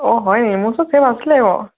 অঁ হয় নি মোৰ চোন চেম আছিলে বাৰু